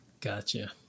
Gotcha